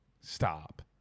stop